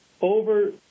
over